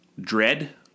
Dread